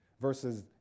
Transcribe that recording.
versus